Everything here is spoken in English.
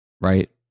Right